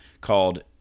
called